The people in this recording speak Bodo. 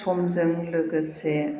समजों लोगोसे